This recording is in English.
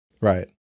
right